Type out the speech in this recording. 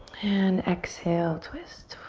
and exhale, twist.